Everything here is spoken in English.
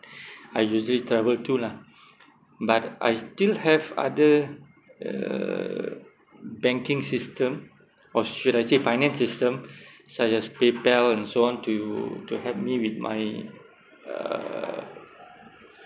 I usually travel to lah but I still have other uh banking system or should I say finance system such as paypal and so on to to help me with my uh